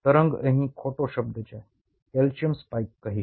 તરંગ અહીં ખોટો શબ્દ છે હું કેલ્શિયમ સ્પાઇક કહીશ